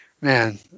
Man